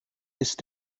ist